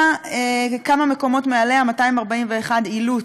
כמה מקומות מעליה, 241, עילוט,